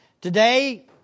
Today